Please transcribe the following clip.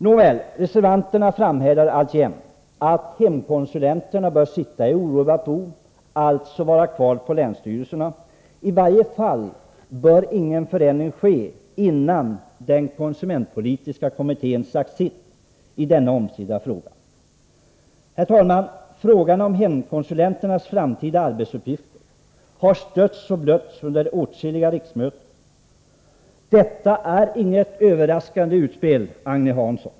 Nåväl, reservanterna framhärdar alltjämt att hemkonsulenterna bör sitta i orubbat bo. De bör alltså vara kvar på länsstyrelserna. I varje fall bör ingen förändring ske innan konsumentpolitiska kommittén sagt sitt i denna omstridda fråga. Herr talman! Frågan om hemkonsulenternas framtida arbetsuppgifter har stötts och blötts under åtskilliga riksmöten. Detta är inget överraskande utspel, Agne Hansson!